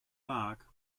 mark